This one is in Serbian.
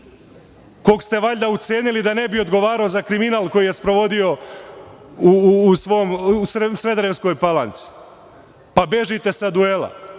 kog ste valjda ucenili da ne bi odgovarao za kriminal koji je sprovodio u Smederevskoj Palanci, pa bežite sa duela. Zovu